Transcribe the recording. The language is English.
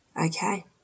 Okay